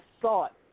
thought